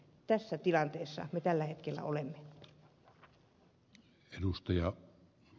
tässä tilanteessa me tällä hetkellä olemme